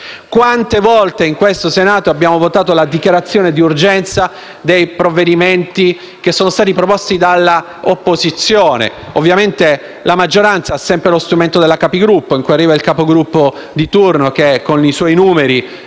Quante volte in questo Senato abbiamo votato la dichiarazione d'urgenza di provvedimenti proposti dalla opposizione? Ovviamente, la maggioranza ha sempre lo strumento della Conferenza dei Capigruppo, in cui arriva il Capogruppo di turno il quale, con i numeri